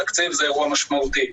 התקציב זה אירוע משמעותי.